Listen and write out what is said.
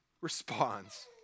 responds